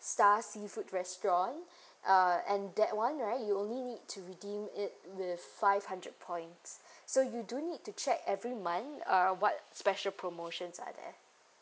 star seafood restaurant uh and that one right you only need to redeem it with five hundred points so you do need to check every month uh what special promotions are there